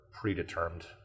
predetermined